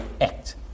act